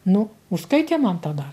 nu užskaitė man tada